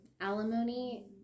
alimony